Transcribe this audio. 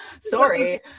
Sorry